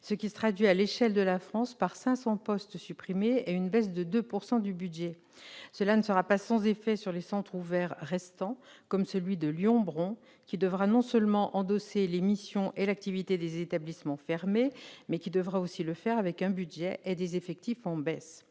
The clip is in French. ce qui se traduirait à l'échelle de la France par 500 postes supprimés et une baisse de 2 % du budget. Cela ne sera pas sans effet sur les centres ouverts restants, comme celui de Lyon-Bron, qui devra non seulement endosser les missions et l'activité des établissements fermés, mais aussi le faire avec un budget et des effectifs en baisse.